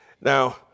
Now